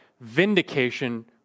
vindication